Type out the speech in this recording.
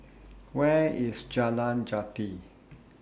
Where IS Jalan Jati